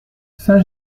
saint